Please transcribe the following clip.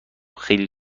خیلی